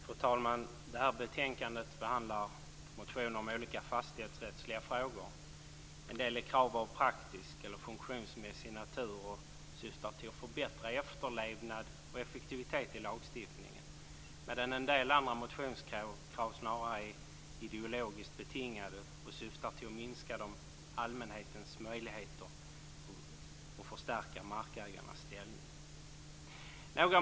Fru talman! Det här betänkandet behandlar motioner om olika fastighetsrättsliga frågor. En del gäller krav av praktisk eller funktionsmässig natur och syftar till att förbättra efterlevnad och effektivitet i lagstiftningen, medan en del andra motionskrav snarare är ideologiskt betingade och syftar till att minska allmänhetens möjligheter och förstärka markägarnas ställning.